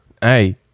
Hey